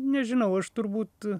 nežinau aš turbūt